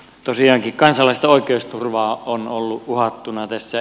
tosiaankin kansalaisten oikeusturva on ollut uhattuna tässä